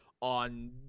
on